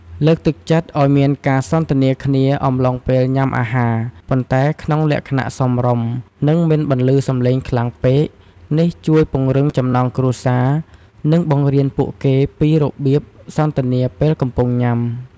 លើកទឹកចិត្តឲ្យមានការសន្ទនាគ្នាអំឡុងពេលញ៉ាំអាហារ ប៉ុន្តែក្នុងលក្ខណៈសមរម្យ និងមិនបន្លឺសំឡេងខ្លាំងពេក នេះជួយពង្រឹងចំណងគ្រួសារ និងបង្រៀនពួកគេពីរបៀបសន្ទនាពេលកំពុងញ៉ាំ។